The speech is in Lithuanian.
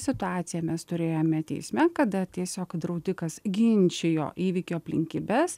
situaciją mes turėjome teisme kada tiesiog draudikas ginčijo įvykio aplinkybes